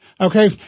Okay